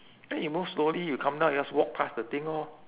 eh you move slowly you come down you just walk past the thing lor